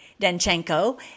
Danchenko